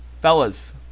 Fellas